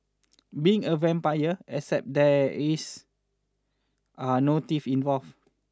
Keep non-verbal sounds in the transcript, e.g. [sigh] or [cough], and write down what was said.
being a vampire except that [unintelligible] are no teeth involved